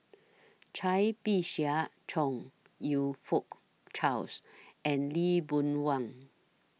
Cai Bixia Chong YOU Fook Charles and Lee Boon Wang